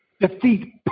defeat